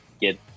get –